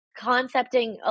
concepting